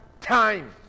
time